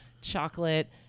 chocolate